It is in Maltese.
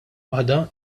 waħda